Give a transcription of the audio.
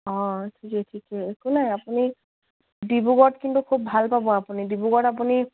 অঁ ঠিকে ঠিকে একো নাই আপুনি ডিব্ৰুগড়ত কিন্তু খুব ভাল পাব আপুনি ডিব্ৰুগড় আপুনি